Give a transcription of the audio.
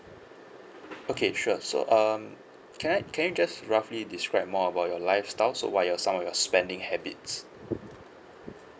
okay sure so um can I can you just roughly describe more about your lifestyle so what are your some of your spending habits